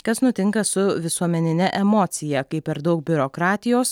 kas nutinka su visuomenine emocija kai per daug biurokratijos